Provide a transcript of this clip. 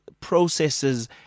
processes